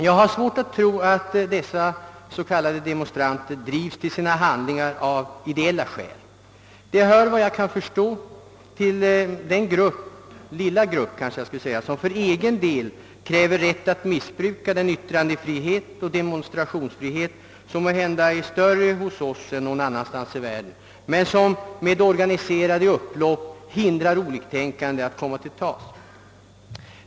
Jag har svårt att tro att dessa s.k. demonstranter drivs till sina handlingar av ideella skäl. Efter vad jag kan förstå hör de till den grupp — den lilla grupp kanske jag skall säga — som för egen del kräver rätt att missbruka den yttrandeoch demonstrationsfrihet vi har och som kanske är större hos oss än någon annanstans i världen. Det är en grupp som med organiserade upplopp hindrar oliktänkande att komma till tals.